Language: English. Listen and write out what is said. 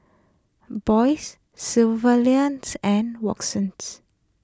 Boyd Sylvanias and Watson